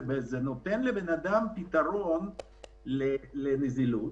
זה נותן לבן אדם פתרון לנזילות